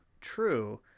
true